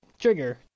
trigger